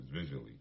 visually